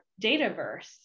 dataverse